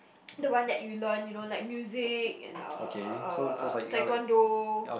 the one that you learn you know like music and uh uh uh taekwondo